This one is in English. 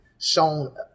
shown